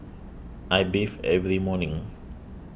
I bathe every morning